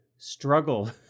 struggle